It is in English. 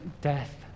death